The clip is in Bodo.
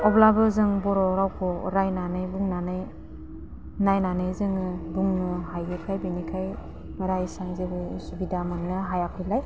अब्लाबो जों बर'रावखौ फरायनानै बुंनानै नायनानै जोङो बुंनो हायोखाय बिनिखाय बारा एसेबां जेबो असुबिदा मोन्नो हायाखैलाइ